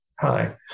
Hi